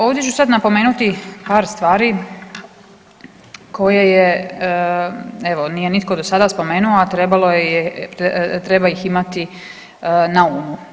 Ovdje ću sad napomenuti par stvari koje je, evo nije nitko do sada spomenuo, a trebalo je, treba ih imati na umu.